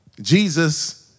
Jesus